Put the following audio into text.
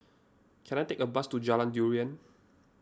can I take a bus to Jalan Durian